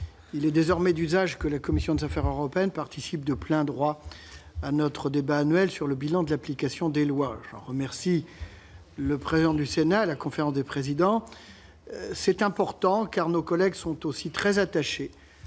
Il est désormais d'usage que la commission des affaires européennes participe de plein droit au débat annuel sur le bilan de l'application des lois. J'en remercie le président du Sénat et la conférence des présidents. C'est important, car nos collègues sont aussi très attachés